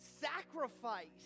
sacrifice